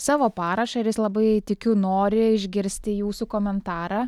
savo parašą ir jis labai tikiu nori išgirsti jūsų komentarą